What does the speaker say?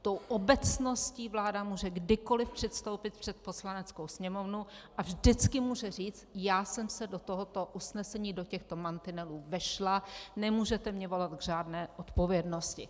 Tou obecností vláda může kdykoliv předstoupit před Poslaneckou sněmovnu a vždycky může říct: Já jsem se do tohoto usnesení, do těchto mantinelů vešla, nemůžete mě volat k žádné odpovědnosti.